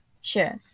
Sure